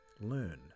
learn